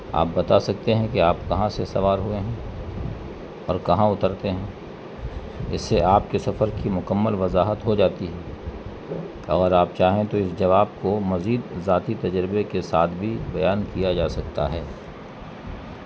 آپ بتا سکتے ہیں کہ آپ کہاں سے سوار ہوئے ہیں اور کہاں اترتے ہیں اس سے آپ کے سفر کی مکمل وضاحت ہو جاتی ہے اگر آپ چاہیں تو اس جواب کو مزید ذاتی تجربے کے ساتھ بھی بیان کیا جا سکتا ہے